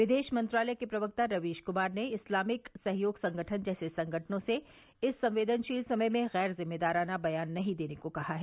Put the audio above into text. विदेश मंत्रालय के प्रवक्ता रवीश कुमार ने इस्लामिक सहयोग संगठन जैसे संगठनों से इस संवेदनशील समय में गैर जिम्मेदाराना बयान नहीं देने को कहा है